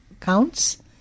counts